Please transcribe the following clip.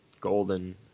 golden